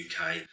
UK